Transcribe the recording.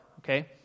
Okay